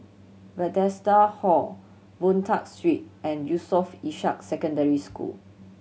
Bethesda Hall Boon Tat Street and Yusof Ishak Secondary School